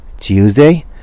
Tuesday